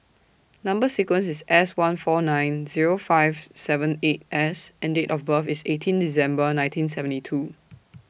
Number sequence IS S one four nine Zero five seven eight S and Date of birth IS eighteen December nineteen seventy two